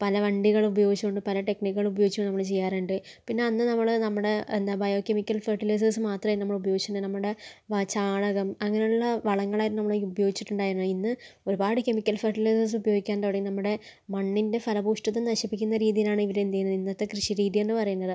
പല വണ്ടികൾ ഉപയോഗിച്ചുകൊണ്ട് പല ടെക്നിക്കുകൾ ഉപയോഗിച്ചു നമ്മൾ ചെയ്യാറുണ്ട് പിന്നെ അന്ന് നമ്മൾ നമ്മുടെ എന്താ ബയോ കെമിക്കൽ ഫെർട്ടിലൈസേർസ് മാത്രമേ നമ്മൾ ഉപയോഗിച്ചിരുന്നുള്ളൂ നമ്മുടെ വ ചാണകം അങ്ങനെയുള്ള വളങ്ങളായിരുന്നു നമ്മൾ ഉപയോഗിച്ചിട്ടുണ്ടായിരുന്നത് ഇന്ന് ഒരുപാട് കെമിക്കൽ ഫോർട്ടിലൈസർസ് ഉപയോഗിക്കാൻ തുടങ്ങിയതോടെ നമ്മുടെ മണ്ണിൻ്റെ ഫലപുഷ്ടത നശിപ്പിക്കുന്ന രീതിയിലാണ് ഇവർ എന്ത് ചെയ്യുന്നത് ഇന്നത്തെ കൃഷി രീതി എന്നു പറയുന്നത്